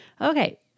Okay